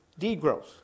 degrowth